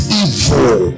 evil